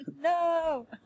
No